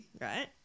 right